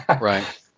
Right